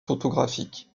photographique